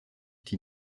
die